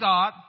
God